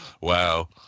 Wow